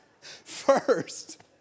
first